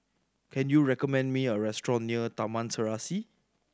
can you recommend me a restaurant near Taman Serasi